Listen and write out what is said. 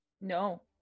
No